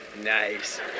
Nice